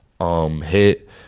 hit